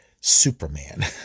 Superman